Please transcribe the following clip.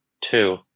two